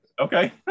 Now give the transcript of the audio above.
Okay